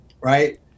right